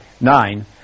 nine